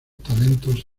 talentos